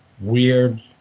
weird